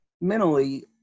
Mentally